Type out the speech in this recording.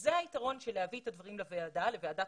זה היתרון בהבאת הדברים לוועדת הכנסת.